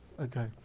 Okay